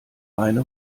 beine